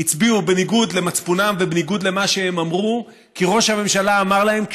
הצביעו בניגוד למצפונם ובניגוד למה שהם אמרו כי ראש הממשלה אמר להם,